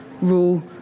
rule